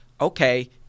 okay